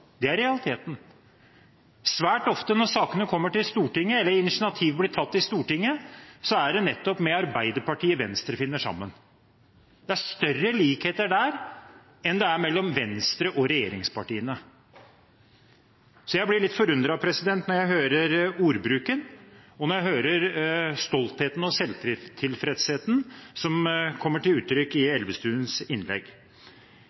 Det er realiteten. Svært ofte når det blir tatt initiativ i Stortinget, er det nettopp med Arbeiderpartiet Venstre finner sammen. Det er større likheter der enn det er mellom Venstre og regjeringspartiene. Jeg blir litt forundret når jeg hører ordbruken, og når jeg hører stoltheten og selvtilfredsheten som kommer til uttrykk i Elvestuens innlegg.